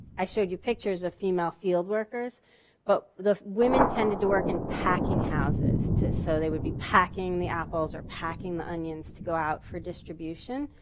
i showed you pictures of female field workers but the women tended to work in packing houses. so they would be packing the apples, or packing onions to go out for distribution.